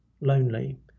lonely